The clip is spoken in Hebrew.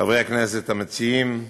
הכנסת המציעים,